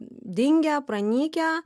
dingę pranykę